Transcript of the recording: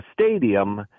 stadium